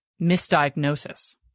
misdiagnosis